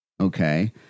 Okay